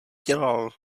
dělal